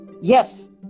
yes